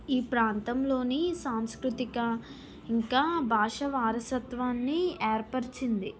ఈ ప్రాంతంలోని సాంస్కృతిక ఇంకా భాష వారసత్వాన్ని ఏర్పరిచింది